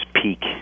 peak